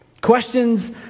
Questions